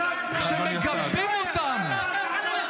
שמגבים אותם ----- תודה,